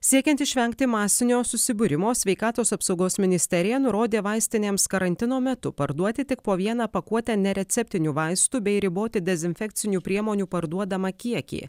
siekiant išvengti masinio susibūrimo sveikatos apsaugos ministerija nurodė vaistinėms karantino metu parduoti tik po vieną pakuotę nereceptinių vaistų bei riboti dezinfekcinių priemonių parduodamą kiekį